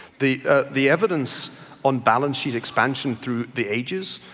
the the evidence on balance sheet expansion through the ages,